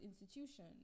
institution